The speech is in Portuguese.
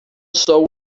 sou